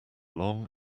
long